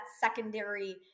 secondary